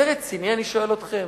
זה רציני, אני שואל אתכם?